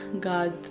God